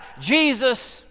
Jesus